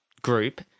group